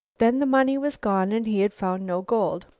then the money was gone and he had found no gold.